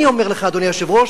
אני אומר לך, אדוני היושב-ראש,